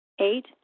Eight